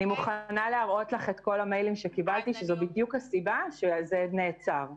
אני מוכנה להראות לך את כל המיילים שמסבירים שזה נעצר בגלל זה.